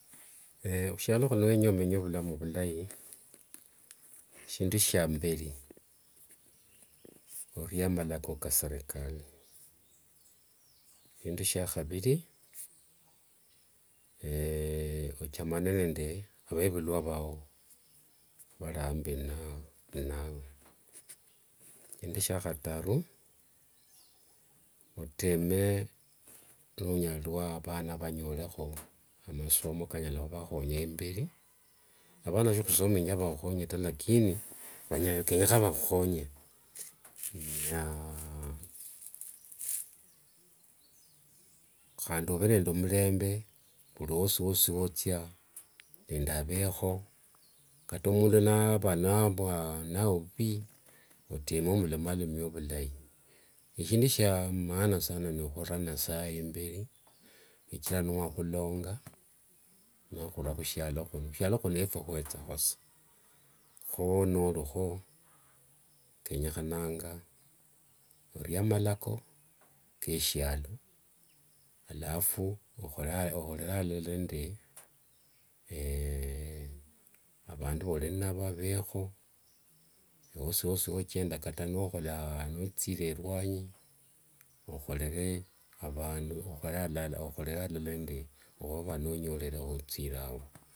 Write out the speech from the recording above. khushialo khuno niwenya omenye vulamu vulai, shindu shiamberi ni khuria malako kaserikali, shindu shiakhaviri, ochamane nende vevulua vao valiambi inawe. Shindu shiakhataru oteme novanonyalilua amasomo kanyala khuvakhonya imberi, avana sikhusomingia varukhonye ta lakini kenyakha vakhukhonye. handi ove nende mulembe wosi wosi wothia nande avekho. Kata mundu nava nava inawe vuvi, oteme omulomielomie vulai. Eshindu shia kwanza n khura nasaye imberi. shichira niwakhulonga, niwakhura khushialo khuno. Khushislo khuno efwe khwethakho. Kho nolikho kenyekhananga, orie malako keshialo alafu okhorere alala nende avandu voliinavo, avekho, wosiwosi wochenda kata nokhola nothire ruanyi okholere avandu khorere alala, okhorere alala nende wovanonyorereo wothire ao no.